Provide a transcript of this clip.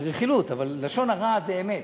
זה רכילות, אבל לשון הרע זה אמת,